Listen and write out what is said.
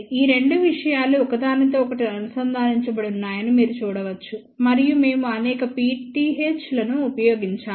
ఈ రెండు విషయాలు ఒకదానితో ఒకటి అనుసంధానించబడి ఉన్నాయని మీరు చూడవచ్చు మరియు మేము అనేక PTH లను ఉంచాము